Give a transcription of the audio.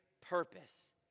purpose